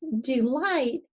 delight